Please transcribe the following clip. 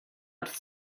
wrth